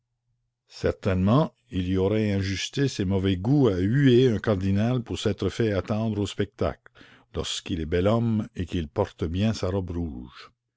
certainement il y aurait injustice et mauvais goût à huer un cardinal pour s'être fait attendre au spectacle lorsqu'il est bel homme et qu'il porte bien sa robe rouge